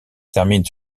termine